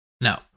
No